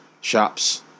shops